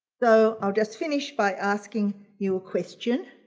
so i'll just finish by asking you a question.